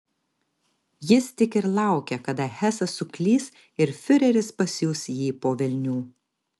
jis tik ir laukė kada hesas suklys ir fiureris pasiųs jį po velnių